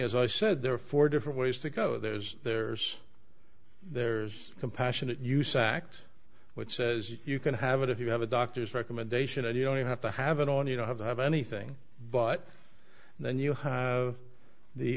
as i said there are four different ways to go there is there's there's a compassionate use act which says you can have it if you have a doctor's recommendation and you know you have to have it on you don't have to have anything but then you have the